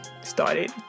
started